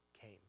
came